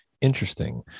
Interesting